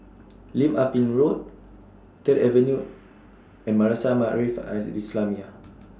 Lim Ah Pin Road Third Avenue and Madrasah Maarif Al Islamiah